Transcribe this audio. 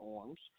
arms